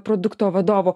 produkto vadovo